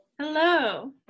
Hello